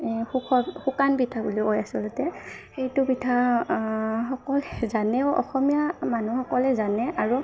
সুকৰ শুকান পিঠা বুলি কয় আচলতে সেইটো পিঠা সকল জানেও অসমীয়া মানুহসকলে জানে আৰু